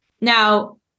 Now